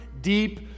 deep